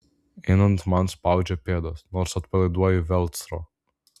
einant man spaudžia pėdas nors atpalaiduoju velcro